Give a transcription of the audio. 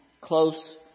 close